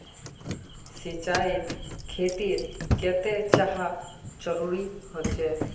सिंचाईर खेतिर केते चाँह जरुरी होचे?